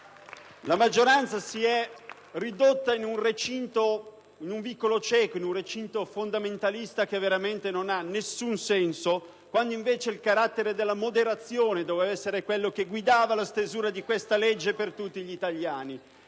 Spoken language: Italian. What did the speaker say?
La maggioranza si è ridotta in un vicolo cieco, in un recinto fondamentalista che veramente non ha alcun senso, quando invece il carattere della moderazione doveva essere quello che guidava la stesura di questa legge per tutti gli italiani.